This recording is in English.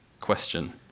question